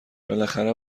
بالاخره